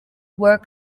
were